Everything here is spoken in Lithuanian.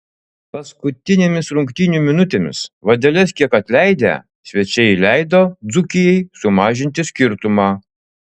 paskutinėmis rungtynių minutėmis vadeles kiek atleidę svečiai leido dzūkijai sumažinti skirtumą